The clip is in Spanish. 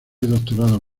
doctorado